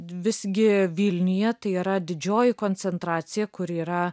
visgi vilniuje tai yra didžioji koncentracija kuri yra